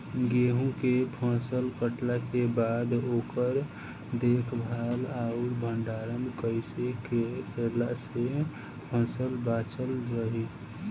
गेंहू के फसल कटला के बाद ओकर देखभाल आउर भंडारण कइसे कैला से फसल बाचल रही?